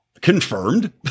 confirmed